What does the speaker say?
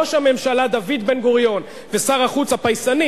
ראש הממשלה דוד בן-גוריון ושר החוץ הפייסני,